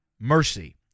mercy